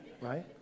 right